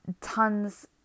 tons